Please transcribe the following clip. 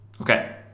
Okay